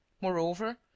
Moreover